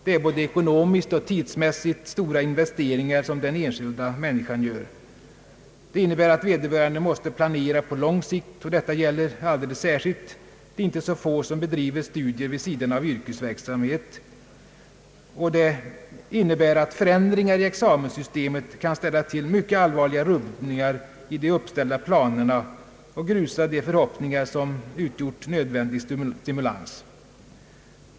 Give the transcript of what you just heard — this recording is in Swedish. Det är både ekonomiskt och tidsmässigt stora investeringar den enskilda människan gör. Det innebär att vederbörande måste planera på lång sikt, och detta gäller alldeles särskilt de inte så få som bedriver studier vid sidan av yrkesarbete, och det innebär att förändringar i examenssystemet kan ställa till mycket allvarliga rubbningar i de uppställda planerna och grusa de förhoppningar som utgjort nödvändig stimulans.